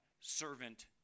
Servant